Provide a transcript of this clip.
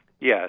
Yes